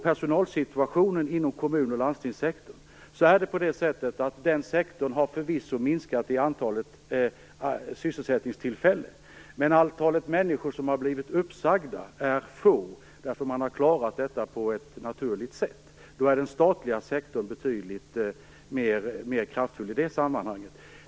Personalsituationen inom kommun och landstingssektorn är sådan att antalet sysselsättningstillfällen förvisso minskat, men antalet människor som blivit uppsagda är litet. Man har klarat detta på ett naturligt sätt. Då är den statliga sektorn betydligt mer kraftfull i det sammanhanget.